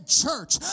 church